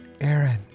Aaron